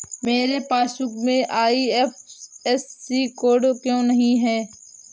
मेरे पासबुक में IFSC code क्यो नहीं है?